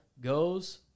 goes